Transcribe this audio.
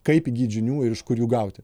kaip įgyt žinių ir iš kur jų gauti